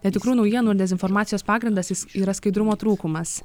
netikrų naujienų ir dezinformacijos pagrindas jis yra skaidrumo trūkumas